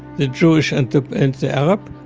the jewish and the and the arab.